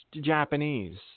Japanese